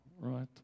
right